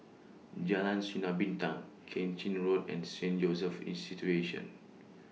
Jalan Sinar Bintang Keng Chin Road and Saint Joseph's